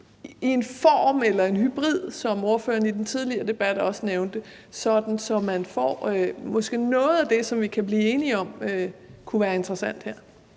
i en form eller en hybrid, som ordføreren i den tidligere debat også nævnte, sådan at man måske får noget af det, som vi kan blive enige om kunne være interessant her?